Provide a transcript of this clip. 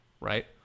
right